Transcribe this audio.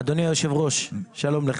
אני מוכרח לומר.